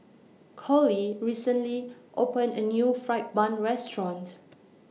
Collie recently opened A New Fried Bun restaurants